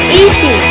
easy